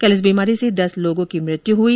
कल इस बीमारी से दस लोगों की मृत्यु हुई